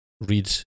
read